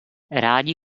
rádi